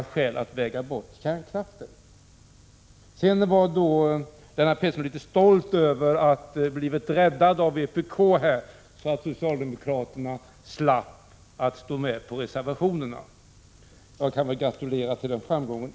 Sedan var Lennart Pettersson litet stolt över att ha blivit räddad av vpk så att socialdemokraterna slapp stå med i reservationerna. Jag kan väl i och för sig gratulera till den framgången.